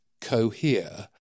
cohere